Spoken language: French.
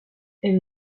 elle